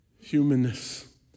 humanness